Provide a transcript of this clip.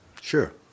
Sure